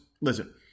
listen